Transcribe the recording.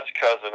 Cousin